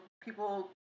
people